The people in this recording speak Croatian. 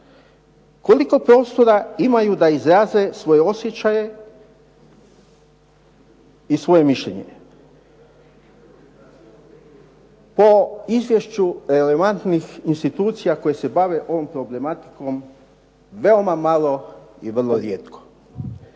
Koliko prostora imaju da izraze svoje osjećaje i svoje mišeljenje? Po izvješću relevantnih institucija koje se bave ovom problematikom veoma malo i vrlo rijetko.